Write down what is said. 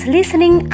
Listening